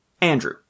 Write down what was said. Andrew